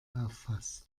auffasst